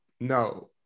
No